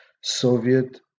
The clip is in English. Soviet